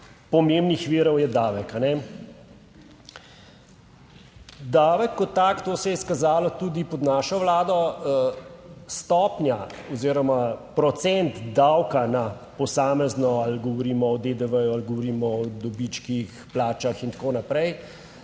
pomembnih virov je davek. Davek kot tak, to se je izkazalo tudi pod našo Vlado, stopnja oziroma procent davka na posamezno ali govorimo o DDV ali govorimo o dobičkih, plačah in tako naprej,